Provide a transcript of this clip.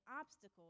obstacles